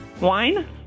Wine